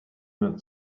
not